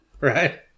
right